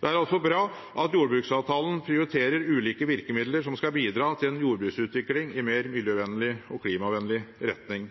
Det er bra at jordbruksavtalen prioriterer ulike virkemidler som skal bidra til en jordbruksutvikling i en mer miljøvennlig og klimavennlig retning.